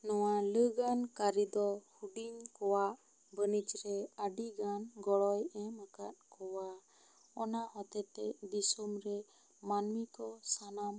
ᱱᱚᱣᱟ ᱞᱟᱜᱟᱱ ᱠᱟᱹᱨᱤ ᱫᱚ ᱦᱩᱰᱤᱧ ᱠᱚᱣᱟᱜ ᱵᱟᱹᱱᱤᱡ ᱨᱮ ᱟᱹᱰᱤ ᱜᱟᱱ ᱜᱚᱲᱚᱭ ᱮᱢ ᱟᱠᱟᱫ ᱠᱚᱣᱟ ᱚᱱᱟ ᱦᱚᱛᱮᱛᱮ ᱫᱤᱥᱚᱢ ᱨᱮ ᱢᱟᱹᱱᱢᱤ ᱠᱚ ᱥᱟᱱᱟᱢ ᱦᱟᱨᱠᱷᱮᱛ